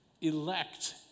elect